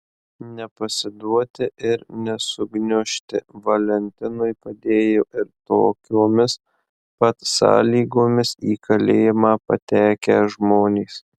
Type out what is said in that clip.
nepasiduoti ir nesugniužti valentinui padėjo ir tokiomis pat sąlygomis į kalėjimą patekę žmonės